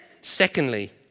secondly